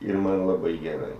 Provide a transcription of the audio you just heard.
ir man labai gerai